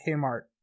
Kmart